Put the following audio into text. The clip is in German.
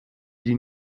die